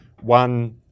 One